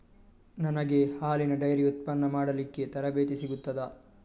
ನನಗೆ ಹಾಲಿನ ಡೈರಿ ಉತ್ಪನ್ನ ಮಾಡಲಿಕ್ಕೆ ತರಬೇತಿ ಸಿಗುತ್ತದಾ?